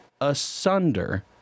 asunder